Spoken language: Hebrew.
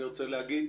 אני רוצה להגיד,